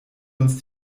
uns